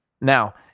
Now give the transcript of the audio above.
Now